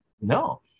no